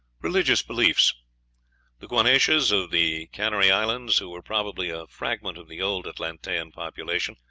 religious beliefs the guanches of the canary islands, who were probably a fragment of the old atlantean population,